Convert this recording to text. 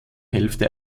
hälfte